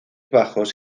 bajos